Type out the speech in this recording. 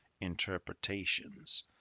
interpretations